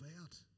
out